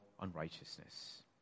unrighteousness